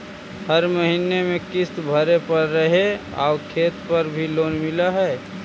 हर महीने में किस्त भरेपरहै आउ खेत पर भी लोन मिल है?